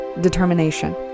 determination